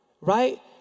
right